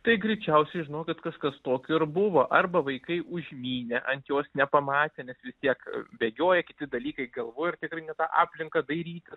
tai greičiausiai žinokit kažkas tokio ir buvo arba vaikai užmynė ant jos nepamatė nes vis tiek bėgioja kiti dalykai galvoj ir tikrai ne ta aplinka dairytis